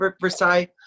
Versailles